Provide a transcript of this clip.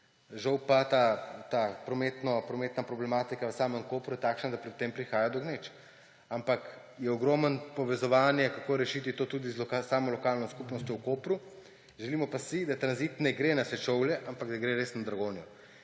Žal pa je ta prometna problematika v samem Kopru takšna, da pri tem prihaja do gneč, ampak je ogromno povezovanje, kako to rešiti tudi s samo lokalno skupnostjo v Kopru. Želimo pa si, da tranzit ne gre na Sečovlje, ampak da gre res na Dragonjo.